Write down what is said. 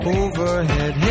overhead